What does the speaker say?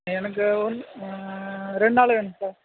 எனக்கு ஒன்று ரெண்டு நாளில் வேணும் சார்